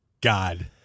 God